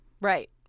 right